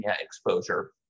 exposure